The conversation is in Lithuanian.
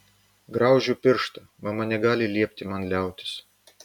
graužiu pirštą mama negali liepti man liautis